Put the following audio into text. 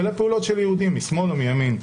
אלא הפעולות של יהודים משמאל ומימין.